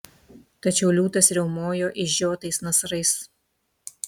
tačiau liūtas riaumojo išžiotais nasrais